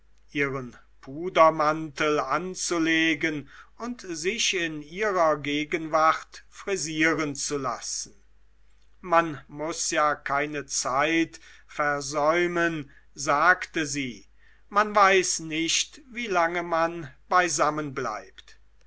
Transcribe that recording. ihren pudermantel anzulegen und sich in ihrer gegenwart frisieren zu lassen man muß ja keine zeit versäumen sagte sie man weiß nicht wie lange man beisammen bleibt